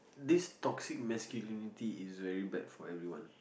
this toxic masculinity is very bad for everyone